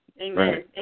Amen